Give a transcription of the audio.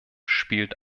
spielt